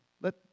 let